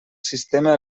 sistema